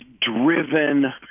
driven